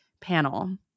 panel